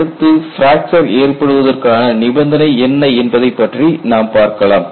அடுத்து பிராக்சர் ஏற்படுவதற்கான நிபந்தனை என்ன என்பதைப் பற்றி நாம் பார்க்கலாம்